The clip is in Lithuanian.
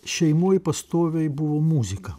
šeimoj pastoviai buvo muzika